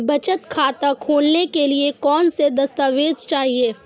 बचत खाता खोलने के लिए कौनसे दस्तावेज़ चाहिए?